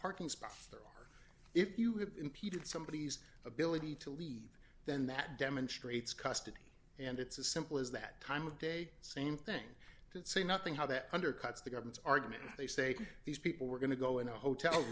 parking spots there are if you have impeded somebodies ability to leave then that demonstrates custody and it's as simple as that time of day same thing to say nothing how that undercuts the government's argument they say these people were going to go in a hotel